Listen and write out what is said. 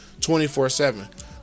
24-7